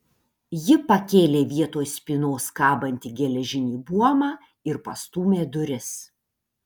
ji pakėlė vietoj spynos kabantį geležinį buomą ir pastūmė duris